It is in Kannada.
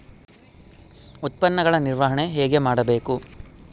ಉತ್ಪನ್ನಗಳ ನಿರ್ವಹಣೆ ಹೇಗೆ ಮಾಡಬೇಕು?